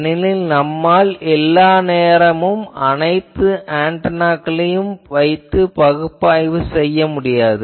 ஏனெனில் நம்மால் எல்லா நேரமும் அனைத்து ஆன்டெனாக்களையும் வைத்து பகுப்பாய்வு செய்ய முடியாது